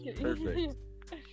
Perfect